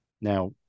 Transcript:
Now